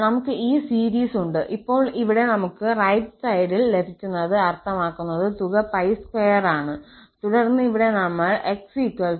അതിനാൽ നമുക്ക് ഈ സീരീസ് ഉണ്ട് ഇപ്പോൾ ഇവിടെ നമുക്ക് റൈറ്റ് സൈഡിൽ ലഭിക്കുന്നത് അർത്ഥമാക്കുന്നത് തുക 2 ആണ് തുടർന്ന് ഇവിടെ നമ്മൾ 𝑥± ഇടും